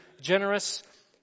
generous